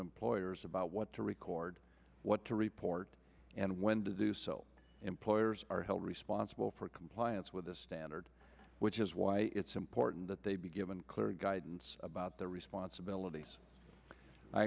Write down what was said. employers about what to record what to report and when to do so employers are held responsible for compliance with this standard which is why it's important that they be given clear guidance about their responsibilities i